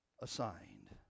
assigned